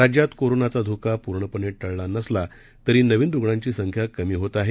राज्यातकोरोनाचाधोकापूर्णपणेटळलानसलातरीनवीनरुग्णांचीसंख्याकमीहोतआहे